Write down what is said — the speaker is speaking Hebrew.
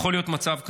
יכול להיות מצב כזה.